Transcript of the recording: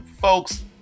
folks